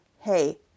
hey